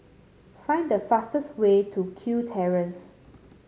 find the fastest way to Kew Terrace